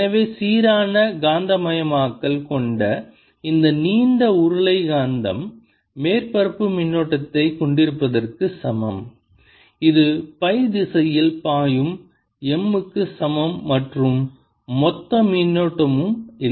எனவே சீரான காந்தமயமாக்கல் கொண்ட இந்த நீண்ட உருளை காந்தம் மேற்பரப்பு மின்னோட்டத்தைக் கொண்டிருப்பதற்கு சமம் இது பை திசையில் பாயும் M க்கு சமம் மற்றும் மொத்த மின்னோட்டமும் இல்லை